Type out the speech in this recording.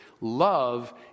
love